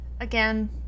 again